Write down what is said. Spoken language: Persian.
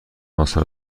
آثار